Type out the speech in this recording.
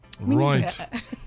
Right